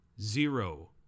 zero